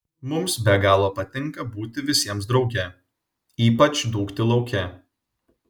mums be galo patinka būti visiems drauge ypač dūkti lauke